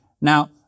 Now